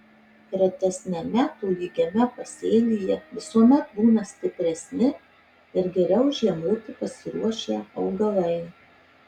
retesniame tolygiame pasėlyje visuomet būna stipresni ir geriau žiemoti pasiruošę augalai